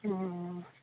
हँ